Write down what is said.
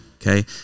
okay